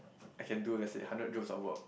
I can do let's say hundred joules of work